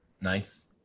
nice